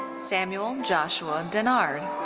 samuel joshua dennard.